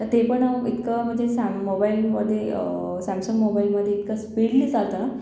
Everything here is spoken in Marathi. ते पण इतकं म्हणजे चांग मोबाइलमध्ये सॅमसंग मोबाइलमध्ये इतकं स्पीडली चालतं ना